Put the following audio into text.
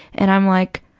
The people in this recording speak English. and i'm like,